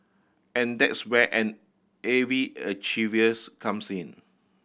and that's where an A V comes in